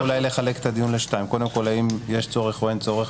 אפשר אולי לחלק את הדיון לשניים: קודם כל האם יש צורך או אין צורך,